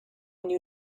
knew